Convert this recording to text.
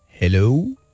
Hello